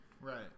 Right